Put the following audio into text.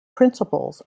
principles